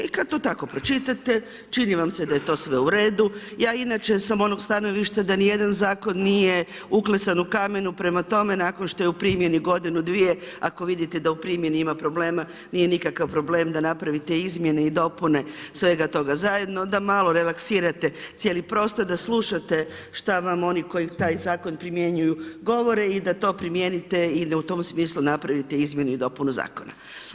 I kad to tako pročitate, čini vam se da je to sve u redu, ja inače sam onog stanovišta da nijedan zakon nije uklesan u kamenu prema tome, nakon što je u primjeni godinu, dvije, ako vidite ima problema, nije nikakav problem da napravite izmjene i dopune svega toga zajedno, da malo relaksirate cijeli prostor, da slušate šta vam oni koji taj zakon primjenjuju govore i da to primijenite ili u tom smislu napravite izmjenu i dopunu zakona.